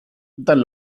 dann